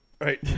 right